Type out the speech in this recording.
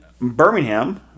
Birmingham